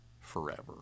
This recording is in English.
forever